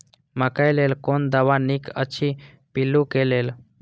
मकैय लेल कोन दवा निक अछि पिल्लू क लेल?